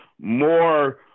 more